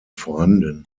vorhanden